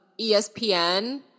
ESPN